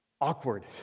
Awkward